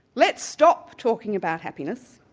let's stop talking about happiness,